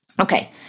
Okay